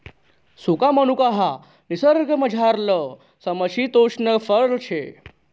सुका मनुका ह्या निसर्गमझारलं समशितोष्ण फय शे